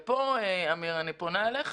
ופה אמיר, אני פונה אלי,